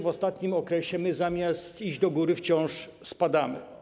W ostatnim okresie zamiast iść do góry, wciąż spadamy.